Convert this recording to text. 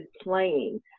playing